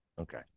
Okay